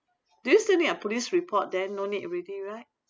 this still need a police report then no need already right